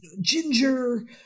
Ginger